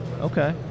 Okay